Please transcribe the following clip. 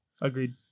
Agreed